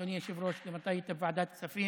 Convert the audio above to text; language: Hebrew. אדוני היושב-ראש, גם אתה היית בוועדת כספים,